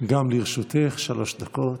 גם לרשותך שלוש דקות.